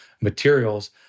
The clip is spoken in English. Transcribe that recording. materials